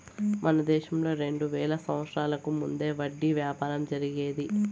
మన దేశంలో రెండు వేల సంవత్సరాలకు ముందే వడ్డీ వ్యాపారం జరిగేది